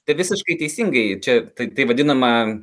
tai visiškai teisingai čia tai vadinama